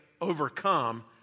overcome